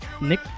Nick